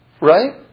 right